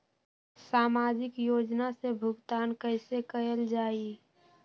सामाजिक योजना से भुगतान कैसे कयल जाई?